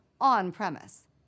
on-premise